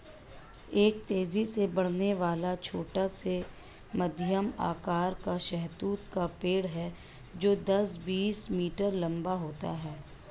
एक तेजी से बढ़ने वाला, छोटा से मध्यम आकार का शहतूत का पेड़ है जो दस, बीस मीटर लंबा होता है